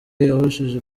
yahushije